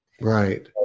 right